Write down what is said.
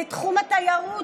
לתחום התיירות,